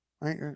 right